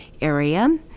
area